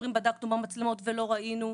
אומרים בדקנו במצלמות ולא ראינו.